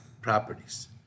properties